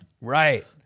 Right